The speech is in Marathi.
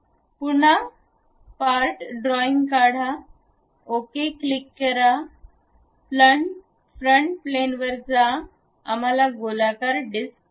पुन्हा पार्ट ड्रॉईंग काढा ओके क्लिक करा फ्रंट प्लेन वर जा आम्हाला गोलाकार डिस्क पाहिजे